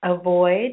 avoid